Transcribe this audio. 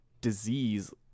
disease